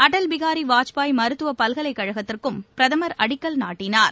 அடல் பிகாரி வாஜ்பாய் மருத்துவ பல்கலைக்கழகத்திற்கும் பிரதமர் அடிக்கல் நாட்டினார்